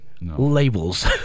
labels